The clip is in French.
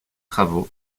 travaux